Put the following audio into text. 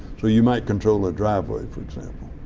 so you might control a driveway, for example,